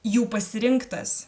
jų pasirinktas